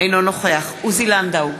אינו נוכח עוזי לנדאו,